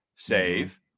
save